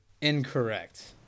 Incorrect